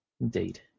Indeed